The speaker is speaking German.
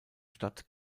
stadt